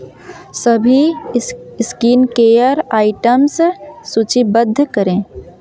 सभी ski skin care items सूचीबद्ध करें